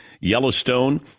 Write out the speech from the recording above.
Yellowstone